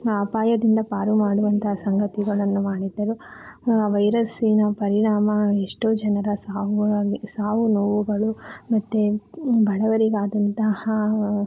ಅಪಾಯದಿಂದ ಪಾರುಮಾಡುವಂತಹ ಸಂಗತಿಗಳನ್ನು ಮಾಡಿದ್ದರು ವೈರಸ್ಸಿನ ಪರಿಣಾಮ ಎಷ್ಟೋ ಜನರ ಸಾವುಗಳಾಗಿ ಸಾವು ನೋವುಗಳು ಮತ್ತೆ ಬಡವರಿಗಾದಂತಹ